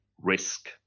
risk